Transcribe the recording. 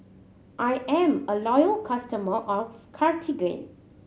I'm a loyal customer of Cartigain